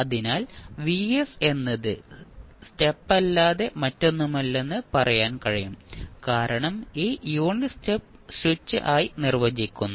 അതിനാൽ എന്നത് യൂണിറ്റ് സ്റ്റെപ്പല്ലാതെ മറ്റൊന്നുമല്ലെന്ന് പറയാൻ കഴിയും കാരണം ഈ യൂണിറ്റ് സ്റ്റെപ്പ് സ്വിച്ച് ആയി നിർവചിക്കുന്നു